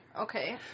Okay